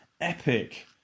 epic